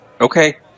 Okay